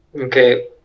Okay